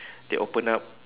they open up